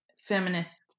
feminist